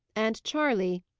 and charley,